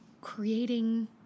Creating